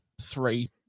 three